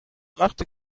وقتی